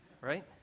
right